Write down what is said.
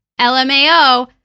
LMAO